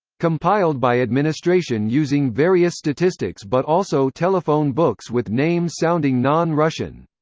compiled by administration using various statistics but also telephone books with names sounding non-russian.